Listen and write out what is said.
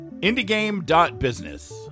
indiegame.business